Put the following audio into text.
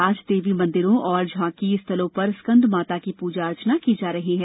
आज देवी मंदिरों और झॉकी स्थलों पर स्कंद माता की पूजा की जा रही है